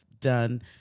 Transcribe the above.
done